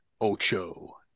ocho